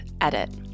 edit